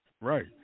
Right